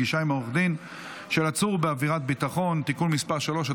(פגישה עם עורך דין של עצור בעבירת ביטחון) (תיקון מס' 3),